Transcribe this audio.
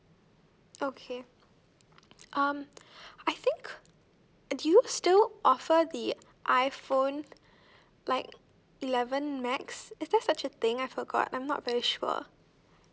okay um I think do you still offer the um iPhone like eleven max is there such a thing I forgot I'm not very sure